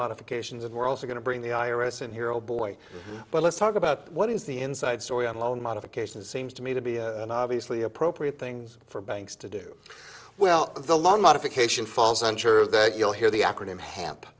modifications and we're also going to bring the iris in here old boy well let's talk about what is the inside story on loan modifications seems to me to be an obviously appropriate thing for banks to do well the long modification falls and sure that you'll hear the acronym hamp